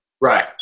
Right